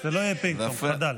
חדל.